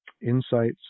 insights